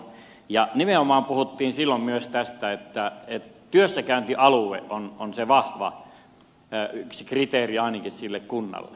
nimenomaan puhuttiin silloin myös tästä että työssäkäyntialue on se vahva yksi kriteeri ainakin sille kunnalle